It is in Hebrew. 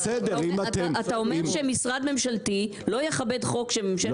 אתה אומר שמשרד ממשלתי לא יכבד חוק של ממשלת,